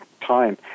time